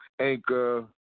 Anchor